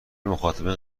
مخاطبین